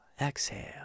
Exhale